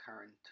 current